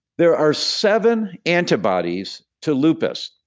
there are seven antibodies to lupus,